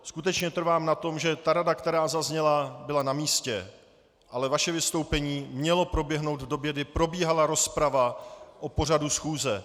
Skutečně trvám na tom, že ta rada, která zazněla, byla namístě, ale vaše vystoupení mělo proběhnout v době, kdy probíhala rozprava o pořadu schůze.